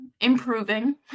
improving